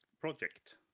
Project